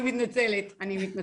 אני מתנצלת.